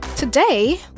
Today